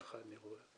ככה אני רואה.